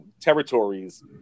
territories